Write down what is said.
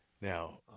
Now